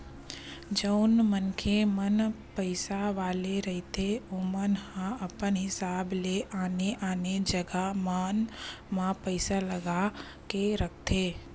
जउन मनखे मन पइसा वाले रहिथे ओमन ह अपन हिसाब ले आने आने जगा मन म पइसा लगा के रखथे